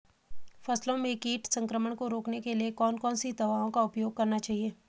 फसलों में कीट संक्रमण को रोकने के लिए कौन कौन सी दवाओं का उपयोग करना चाहिए?